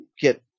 get